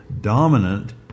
dominant